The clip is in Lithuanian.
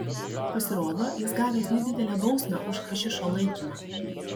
pasirodo jis gavęs nedidelę bausmę už hašišo laikymą